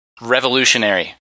Revolutionary